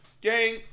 Gang